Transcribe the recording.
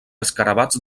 escarabats